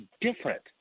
different